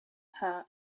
her